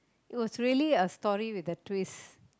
it was really a story with a twist